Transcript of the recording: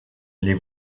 les